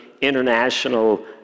international